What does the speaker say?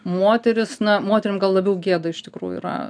moteris na moterim gal labiau gėda iš tikrųjų yra